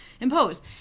impose